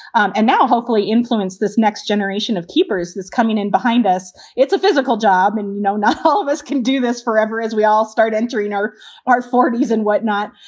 and now hopefully influence this next generation of keepers that's coming in behind us. it's a physical job. and, you know, not all of us can do this forever as we all start entering our our forty s and whatnot.